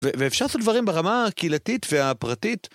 ואפשר ואפשר לעשות דברים ברמה הקהילתית והפרטית?